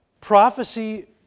prophecy